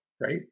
right